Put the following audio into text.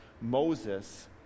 Moses